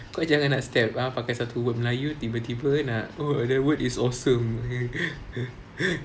kau jangan nak step pakai satu word melayu tiba-tiba nak oh that word is awesome